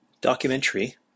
documentary